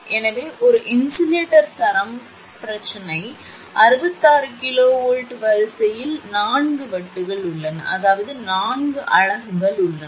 எனவே ஒரு இன்சுலேட்டர் சரம் பிரச்சனை 66 kV வரிசையில் நான்கு வட்டுகள் உள்ளன அதாவது நான்கு அலகுகள் உள்ளன